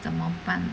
怎么办